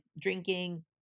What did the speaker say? drinking